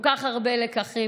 כל כך הרבה לקחים,